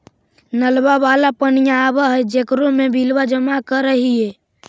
नलवा वाला पनिया आव है जेकरो मे बिलवा जमा करहिऐ?